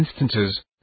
instances